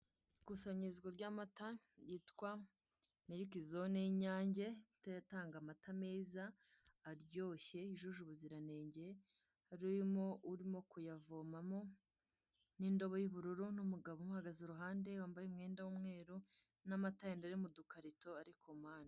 Ikusanyirizo ry'amata yitwa miriki zone y'Inyange ndetse itanga amata meza, aryoshye, yujuje ubuziranenge harimo urimo kuyavomamo n'indobo y'ubururu n'umugabo umuhagaze iruhande wambaye umwenda w'umweru n'amata y'andi ari mu dukarito ari komande.